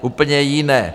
Úplně jiné!